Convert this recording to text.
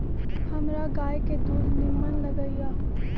हमरा गाय के दूध निम्मन लगइय